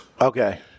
Okay